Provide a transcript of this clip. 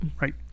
Right